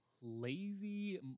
lazy